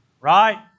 Right